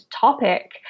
topic